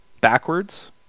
backwards